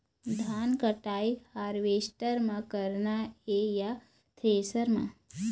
धान कटाई हारवेस्टर म करना ये या थ्रेसर म?